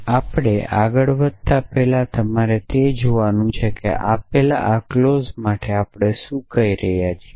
તેથી આપણે આગળ વધતા પહેલા તમારે તે જોવાનું છે કે આપેલ આ ક્લોઝ માટે આપણે શું કહી રહ્યા છીએ